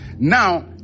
Now